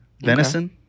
Venison